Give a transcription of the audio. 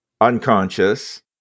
unconscious